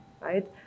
right